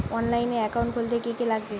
অনলাইনে একাউন্ট খুলতে কি কি লাগবে?